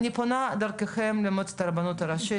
אני פונה דרככם למועצת הרבנות הראשית,